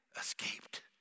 escaped